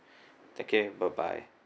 take care bye bye